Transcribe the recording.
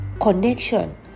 connection